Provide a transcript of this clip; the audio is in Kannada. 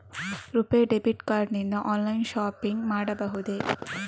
ರುಪೇ ಡೆಬಿಟ್ ಕಾರ್ಡ್ ನಿಂದ ಆನ್ಲೈನ್ ಶಾಪಿಂಗ್ ಮಾಡಬಹುದೇ?